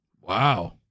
Wow